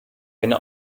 eine